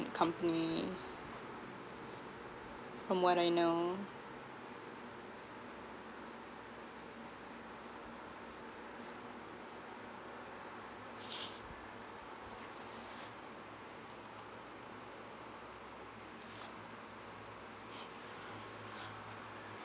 company from what I know